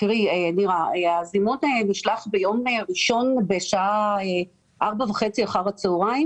הזימון נשלח ביום ראשון בשעה 4:30 אחר הצוהריים